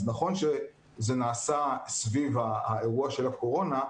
אז נכון שזה נעשה סביב האירוע של הקורונה,